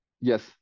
yes